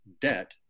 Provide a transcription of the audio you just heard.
debt